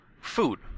food